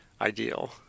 ideal